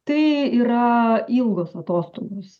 tai yra ilgos atostogos